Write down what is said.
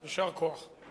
יישר כוח.